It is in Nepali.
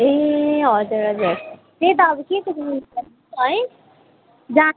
ए हजुर हजुर त्यही त अब के के है जानु